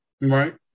Right